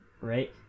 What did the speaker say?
right